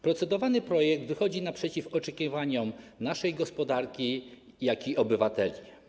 Procedowany projekt wychodzi naprzeciw oczekiwaniom naszej gospodarki i obywateli.